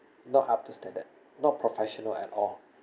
not up to standard not professional at all